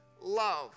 love